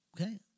Okay